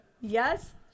Yes